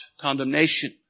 condemnation